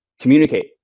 communicate